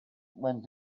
went